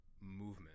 movement